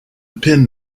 pin